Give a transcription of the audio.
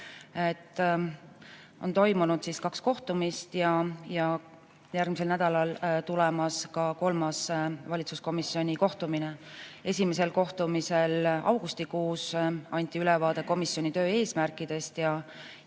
On toimunud kaks kohtumist ja järgmisel nädalal on tulemas kolmas valitsuskomisjoni kohtumine. Esimesel kohtumisel augustikuus anti ülevaade komisjoni töö eesmärkidest ja